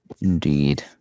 Indeed